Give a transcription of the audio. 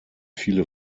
viele